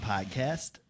Podcast